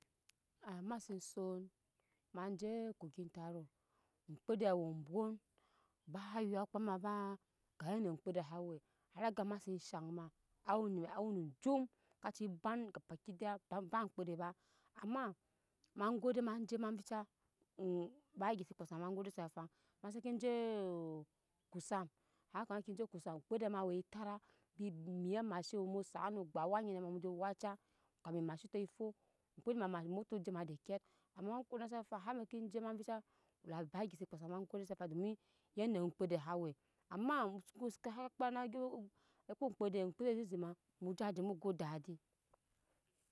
ma se son maje kogyi taro oŋmkede wu bwon ba yukpa ma ba ayene oŋmkede sa we har aga ma se shaŋ ma aweno-aweno oum kaci bam gaba gidaya ba-ba oɲmkpe ama ma gode ma je ma vca baa gyi se kpase ma ma gode se afaŋ ma seke je kosam hakama ke je kosam oŋmkpede ma we etare embi mip amashin mu sa nu gba wa nyine ma mu ju waca kami awashinn to fo oŋmkpde ma-ma ommuto ma digyit ema ma konnase afaŋ ma kke je ma vica la ba gyi se kpase ma b m gode se afaŋ domi yeneyi oŋmkpɛde sa we amamu soko se kpa na gyap kpa na ukpo oŋmkpe̱de-oŋmkɛde zeze ma mu jea je mu go dadi